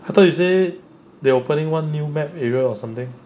I thought you say they opening one new map area or something